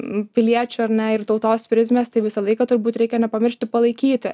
piliečių ar ne ir tautos prizmės tai visą laiką turbūt reikia nepamiršti palaikyti